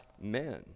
men